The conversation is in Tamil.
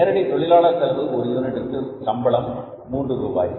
நேரடி தொழிலாளர் செலவு ஒரு யூனிட்டுக்கு சம்பளம் 3 ரூபாய்